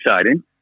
exciting